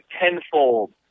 tenfold